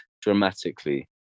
dramatically